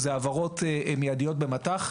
שזה העברות מיידיות במט"ח.